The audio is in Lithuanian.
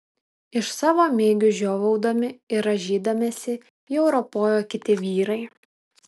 iš savo migių žiovaudami ir rąžydamiesi jau ropojo kiti vyrai